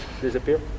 disappear